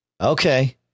Okay